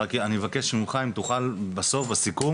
רק אני מבקש ממך אם תוכל בסוף בסיכום